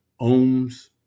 ohms